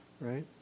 right